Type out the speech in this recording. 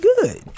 good